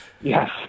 Yes